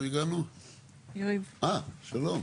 שלום.